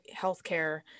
healthcare